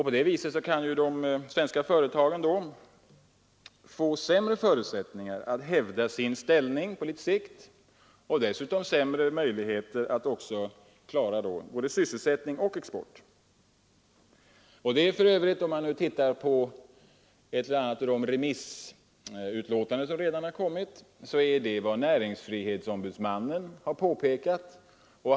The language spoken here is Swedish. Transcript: På det sättet kan de svenska företagen få sämre förutsättningar att hävda sin ställning på sikt och därigenom sämre möjligheter att klara både sysselsättning och export. Om man tittar på de remissutlåtanden som redan har kommit, finner man att detta är just vad t.ex. näringsfrihetsombudsmannen påpekat.